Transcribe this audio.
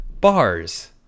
Bars